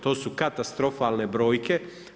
To su katastrofalne brojke.